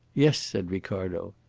yes, said ricardo.